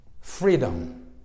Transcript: freedom